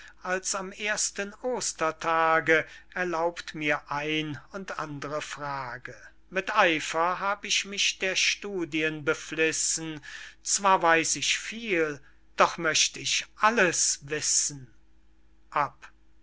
als am ersten ostertage erlaubt mir ein und andre frage mit eifer hab ich mich der studien beflissen zwar weiß ich viel doch möcht ich alles wissen